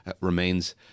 remains